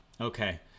Okay